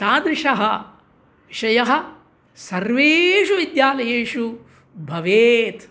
तादृशः विषयः सर्वेषु विद्यालयेषु भवेत्